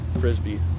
frisbee